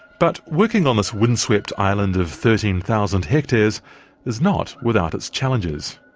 but working on this windswept island of thirteen thousand hectares is not without its challenges.